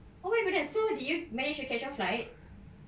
oh my goodness so did you manage to catch your flight